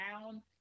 down